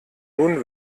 nun